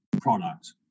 product